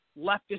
leftist